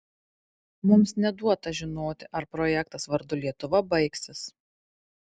mums neduota žinoti ar projektas vardu lietuva baigsis